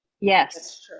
Yes